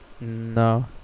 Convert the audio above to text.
No